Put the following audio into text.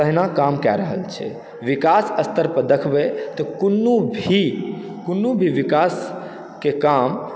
तहिना काम कए रहल छै विकास स्तरपर देखबै तऽ कोनो भी कोनो भी विकासके काम